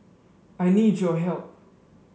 I need your help